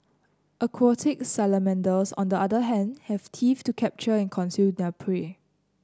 aquatic salamanders on the other hand have teeth to capture and consume their prey